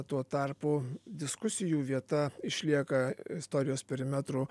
tuo tarpu diskusijų vieta išlieka istorijos perimetrų